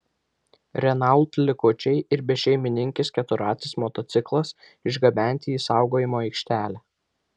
renault likučiai ir bešeimininkis keturratis motociklas išgabenti į saugojimo aikštelę